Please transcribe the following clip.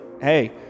hey